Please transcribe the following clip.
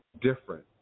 different